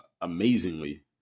amazingly